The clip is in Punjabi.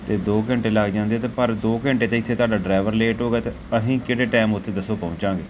ਅਤੇ ਦੋ ਘੰਟੇ ਲੱਗ ਜਾਂਦੇ ਅਤੇ ਪਰ ਦੋ ਘੰਟੇ ਤਾਂ ਇੱਥੇ ਤੁਹਾਡਾ ਡਰਾਈਵਰ ਲੇਟ ਹੋ ਗਿਆ ਅਤੇ ਅਸੀਂ ਕਿਹੜੇ ਟਾਈਮ ਉੱਥੇ ਦੱਸੋ ਪਹੁੰਚਾਂਗੇ